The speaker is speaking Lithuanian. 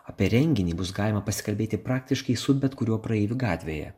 apie renginį bus galima pasikalbėti praktiškai su bet kuriuo praeiviu gatvėje